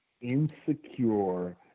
insecure